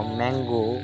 mango